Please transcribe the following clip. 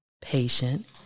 patient